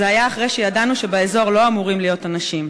זה היה אחרי שידענו שבאזור לא אמורים להיות אנשים,